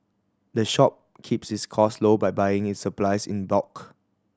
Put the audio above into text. the shop keeps its cost low by buying its supplies in bulk